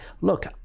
look